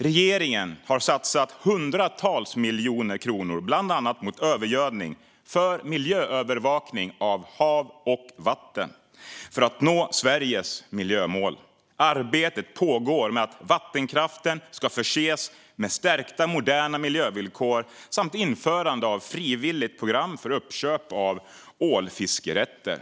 Regeringen har satsat hundratals miljoner kronor bland annat på arbetet mot övergödning och för miljöövervakning av hav och vatten för att nå Sveriges miljömål. Arbete pågår med att vattenkraften ska förses med stärkta moderna miljövillkor samt införande av ett frivilligt program för uppköp av ålfiskerätter.